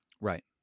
Right